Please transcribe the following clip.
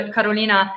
Carolina